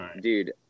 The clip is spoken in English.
dude